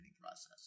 process